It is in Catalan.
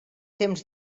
temps